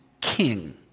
king